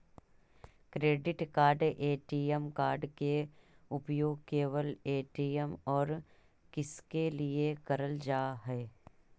Credit card ATM card के उपयोग केवल ए.टी.एम और किसके के लिए करल जा है?